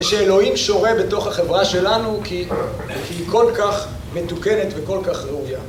שאלוהים שורה בתוך החברה שלנו כי היא כל כך מתוקנת וכל כך ראויה.